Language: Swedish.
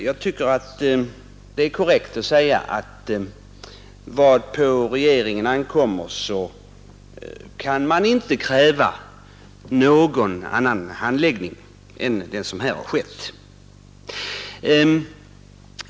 Vad på regeringen ankommer kan man inte kräva någon annan handläggning av ärendet än den som här har skett.